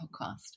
podcast